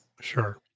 Sure